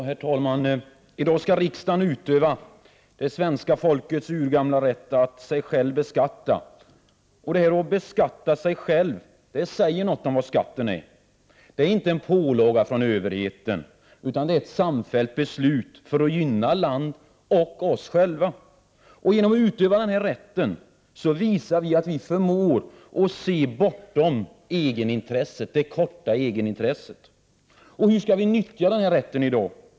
Herr talman! I dag skall riksdagen utöva det svenska folkets urgamla rätt att sig självt beskatta. Det här att beskatta sig själv säger någonting om vad skatten är. Den är inte en pålaga från överheten, utan det rör sig om ett samfällt beslut för att gynna landet och oss själva. Genom att utöva denna rätt visar vi att vi förmår att se bortom det korta egenintresset. Hur skall vi nyttja den här rätten i dag?